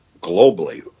globally